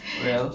well